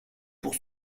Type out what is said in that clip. pour